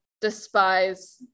despise